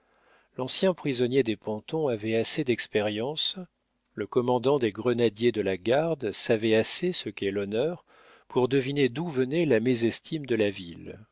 l'ancien prisonnier des pontons avait assez d'expérience le commandant des grenadiers de la garde savait assez ce qu'est l'honneur pour deviner d'où venait la mésestime de la ville